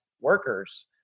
workers